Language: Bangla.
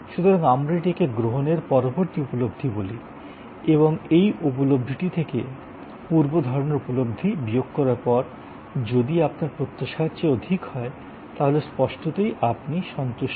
সুতরাং আমরা এটিকে গ্রহণের পরবর্তী উপলব্ধি বলি এবং এই উপলব্ধিটি থেকে পূর্বধারণার উপলব্ধি বিয়োগ করার পরে যদি আপনার প্রত্যাশার চেয়ে অধিক হয় তাহলে স্পষ্টতই আপনি সন্তুষ্ট